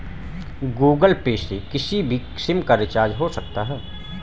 Google Pay से किसी भी सिम का रिचार्ज हो सकता है